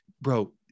bro